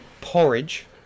porridge